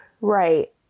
Right